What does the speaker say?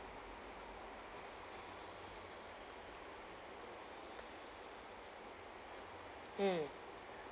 mm